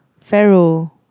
Pharaoh